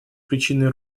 причиной